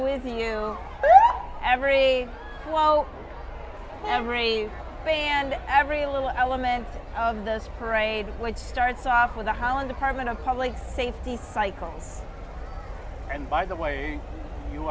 the you every wall every day and every little element of those parade which starts off with a howling department of public safety cycle and by the way you